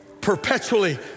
perpetually